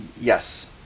Yes